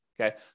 Okay